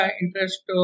interest